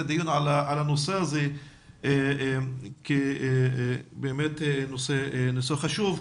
הדיון בנושא הזה כי באמת הוא נושא חשוב.